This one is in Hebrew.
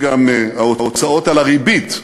גם ההוצאות על הריבית,